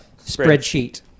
Spreadsheet